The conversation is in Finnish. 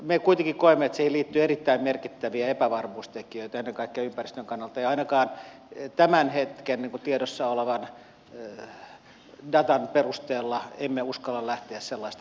me kuitenkin koemme että siihen liittyy erittäin merkittäviä epävarmuustekijöitä ennen kaikkea ympäristön kannalta ja ainakaan tämän hetken tiedossa olevan datan perusteella emme uskalla lähteä sellaista viemään eteenpäin